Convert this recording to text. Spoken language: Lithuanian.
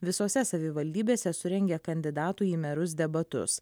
visuose savivaldybėse surengę kandidatų į merus debatus